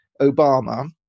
Obama